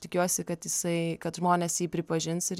tikiuosi kad jisai kad žmonės jį pripažins ir